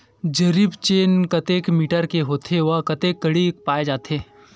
जरीब चेन कतेक मीटर के होथे व कतेक कडी पाए जाथे?